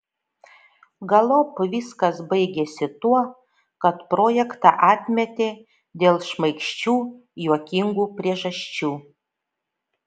galop viskas baigėsi tuo kad projektą atmetė dėl šmaikščių juokingų priežasčių